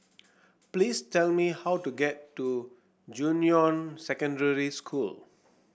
please tell me how to get to Junyuan Secondary School